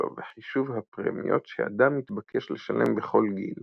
שלו וחישוב הפרמיות שאדם יתבקש לשלם בכל גיל